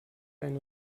einen